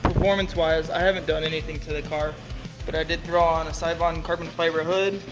performance-wise, i haven't done anything to the car but i did throw on a seibon carbon-fiber hood,